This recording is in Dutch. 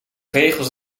regels